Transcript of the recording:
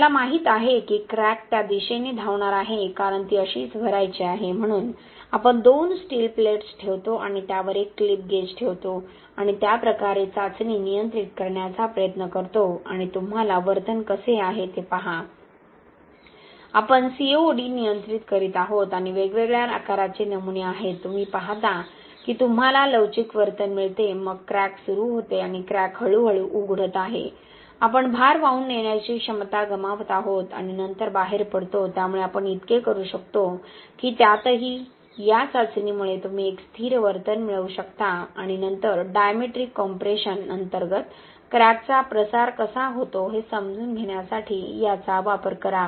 आपल्याला माहित आहे की क्रॅक त्या दिशेने धावणार आहे कारण ती अशीच भरायची आहे म्हणून आपण दोन स्टील प्लेट्स ठेवतो आणि त्यावर एक क्लिप गेज ठेवतो आणि त्या प्रकारे चाचणी नियंत्रित करण्याचा प्रयत्न करतो आणि तुम्हाला वर्तन कसे आहे ते पहा आपण COD नियंत्रित करत आहोत आणि वेगवेगळ्या आकाराचे नमुने आहेत तुम्ही पाहता की तुम्हाला लवचिक वर्तन मिळते मग क्रॅक सुरू होते आणि क्रॅक हळूहळू उघडत आहे आपण भार वाहून नेण्याची क्षमता गमावत आहोत आणि नंतर बाहेर पडतो त्यामुळे आपण इतके करू शकतो की त्यातही या चाचणीमुळे तुम्ही एक स्थिर वर्तन मिळवू शकता आणि नंतर डायमेट्रिक कॉम्प्रेशन अंतर्गत क्रॅकचा प्रसार कसा होतो हे समजून घेण्यासाठी याचा वापर करा